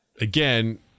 again